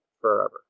forever